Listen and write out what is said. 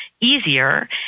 easier